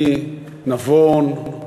הגיוני, נבון,